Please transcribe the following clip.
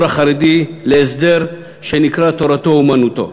החרדי להסדר שנקרא תורתו-אומנותו,